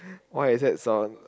what is that sound